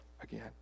again